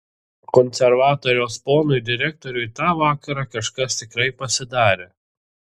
konservatorijos ponui direktoriui tą vakarą kažkas tikrai pasidarė